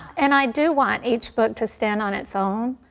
and i do want each book to stand on its own.